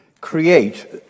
create